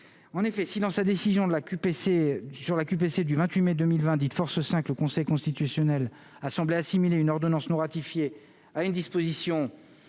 en effet, si dans sa décision de la QPC sur la QPC du 28 mai 2020 10 de force 5 le Conseil constitutionnel a semblé assimiler une ordonnance non ratifiée à une disposition